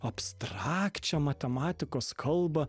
abstrakčią matematikos kalbą